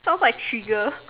solve by trigger